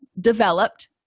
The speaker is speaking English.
developed